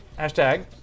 Hashtag